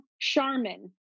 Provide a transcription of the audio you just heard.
Charmin